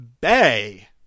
Bay